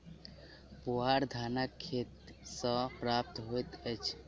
पुआर धानक खेत सॅ प्राप्त होइत अछि